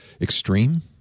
extreme